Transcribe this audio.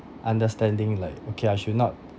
understanding like okay I should not